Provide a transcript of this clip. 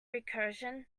recursion